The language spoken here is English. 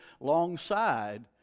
alongside